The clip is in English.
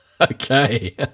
Okay